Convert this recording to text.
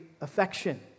affection